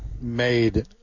made